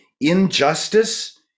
injustice